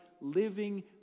living